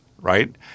right